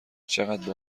چقدر